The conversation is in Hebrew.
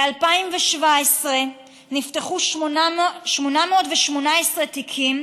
ב-2017 נפתחו 818 תיקים,